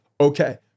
okay